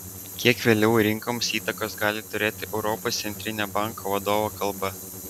kiek vėliau rinkoms įtakos gali turėti europos centrinio banko vadovo kalba